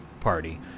party